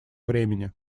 времени